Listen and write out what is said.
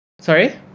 Sorry